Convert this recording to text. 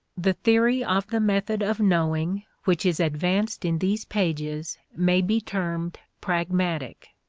the theory of the method of knowing which is advanced in these pages may be termed pragmatic.